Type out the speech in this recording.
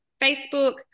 Facebook